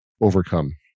overcome